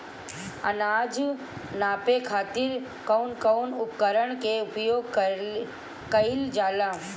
अनाज नापे खातीर कउन कउन उपकरण के प्रयोग कइल जाला?